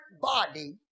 body